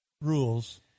Rules